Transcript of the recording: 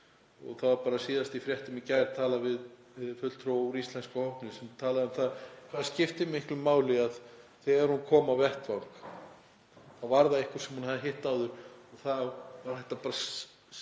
og bara síðast í fréttum í gær var talað við fulltrúa úr íslenska hópnum sem talaði um það hvað það skipti miklu máli að þegar hún kom á vettvang þá var þar einhver sem hún hafði hitt áður og það var hægt að ýta til